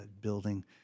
building